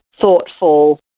thoughtful